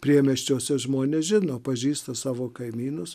priemiesčiuose žmonės žino pažįsta savo kaimynus